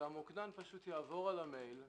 שהמוקדן יעבור על המייל,